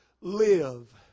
Live